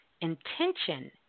intention